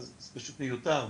אז זה פשוט מיותר,